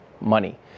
money